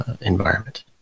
environment